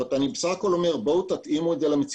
בואו תתאימו את זה למציאות.